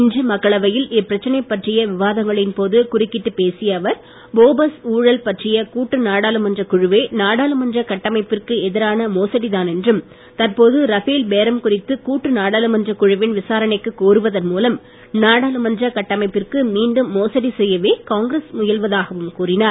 இன்று மக்களவையில் இப்பிரச்சனை பற்றிய விவாதங்களின் போது குறுக்கிட்டு பேசிய அவர் போபார்ஸ் ஊழல் பற்றிய கூட்டு நாடாளுமன்ற குழுவே நாடாளுமன்ற கட்டமைப்பிற்கு எதிரான மோசடி தான் என்றும் தற்போது ரஃபேல் பேரம் குறித்து கூட்டு நாடாளுமன்றக் குழுவின் விசாரணை கோருவதன் மூலம் நாடாளுமன்ற கட்டமைப்பிற்கு மீண்டும் மோசடி செய்யவே காங்கிரஸ் முயல்வதாகவும் கூறினார்